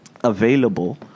available